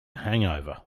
hangover